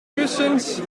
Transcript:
kussens